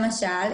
למשל,